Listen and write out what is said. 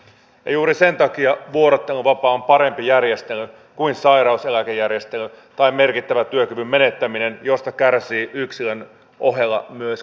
juuri sen takia vuorotteluvapaa on parempi kuin sairauseläkejärjestelmä tai merkittävä työkyvyn menettäminen josta kärsii yksilön ohella myös koko työyhteisö